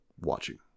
watching